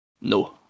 no